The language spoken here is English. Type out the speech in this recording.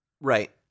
Right